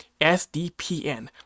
SDPN